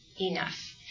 enough